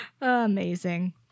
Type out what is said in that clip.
Amazing